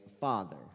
father